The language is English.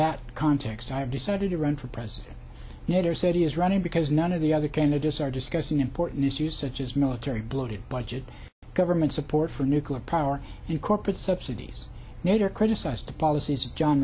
that context i have decided to run for president later said he is running because none of the other candidates are discussing important issues such as military bloated budget government support for nuclear power and corporate subsidies neither criticized the policies of john